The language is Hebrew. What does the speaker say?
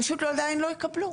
פשוט עדיין לא יקבלו.